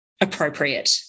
appropriate